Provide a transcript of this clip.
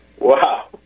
Wow